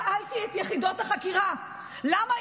שאלתי את יחידות החקירה למה,